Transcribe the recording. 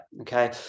okay